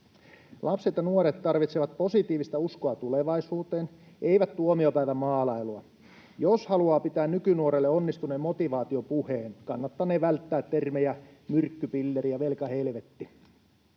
Lapset ja nuoret tarvitsevat positiivista uskoa tulevaisuuteen, eivät tuomiopäivän maalailua. Jos haluaa pitää nykynuorelle onnistuneen motivaatiopuheen, kannattanee välttää termejä ”myrkkypilleri” ja ”velkahelvetti”.